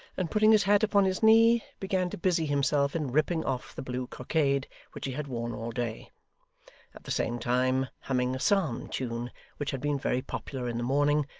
and putting his hat upon his knee, began to busy himself in ripping off the blue cockade which he had worn all day at the same time humming a psalm tune which had been very popular in the morning,